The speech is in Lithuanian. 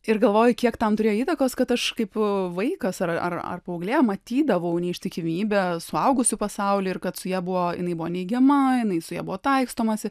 ir galvoju kiek tam turėjo įtakos kad aš kaip vaikas ar ar ar paauglė matydavau neištikimybę suaugusių pasauly ir kad su ja buvo jinai buvo neigiama jinai su ja buvo taikstomasi